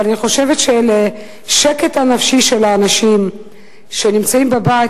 אבל אני חושבת שלשקט הנפשי של האנשים שנמצאים בבית,